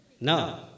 No